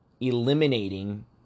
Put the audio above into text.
eliminating